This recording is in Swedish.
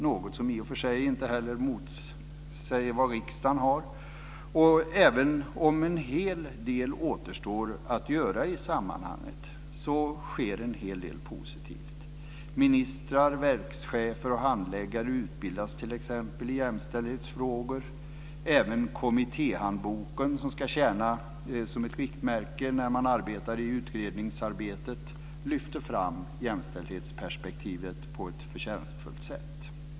Något som i och för sig inte heller motsäger vad riksdagen gör. Även om en hel del återstår att göra i sammanhanget sker en hel del positivt. Ministrar, verkschefer och handläggare utbildas t.ex. i jämställdhetsfrågor. Även kommittéhandboken, som ska tjäna som ett riktmärke i utredningsarbetet, lyfter fram jämställdhetsperspektivet på ett förtjänstfullt sätt.